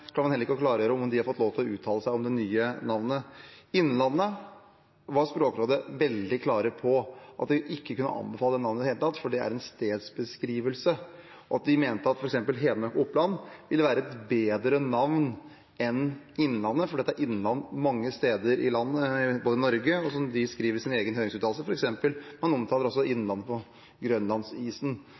har fått lov til å uttale seg om det nye navnet. Når det gjelder Innlandet, var Språkrådet veldig klar på at de ikke kunne anbefale navnet i det hele tatt, for det er en stedsbeskrivelse. De mente at f.eks. Hedmark og Oppland ville være et bedre navn enn Innlandet, fordi det er innland mange steder i landet, både i Norge, og, som de skriver i sin egen høringsuttalelse, man omtaler f.eks. også Grønlandsisen som innland.